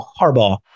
Harbaugh